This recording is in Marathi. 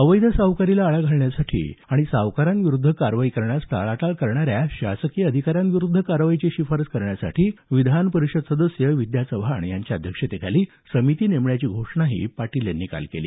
अवैध सावकारीला आळा घालण्यासाठी आणि सावकारांविरुद्ध कारवाई करण्यास टाळाटाळ करणाऱ्या शासकीय अधिकाऱ्यांविरुद्ध कारवाईची शिफारस करण्यासाठी विधानपरिषद सदस्य विद्या चव्हाण यांच्या अध्यक्षतेखाली समिती नेमण्याची घोषणाही पाटील यांनी केली